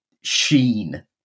sheen